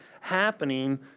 happening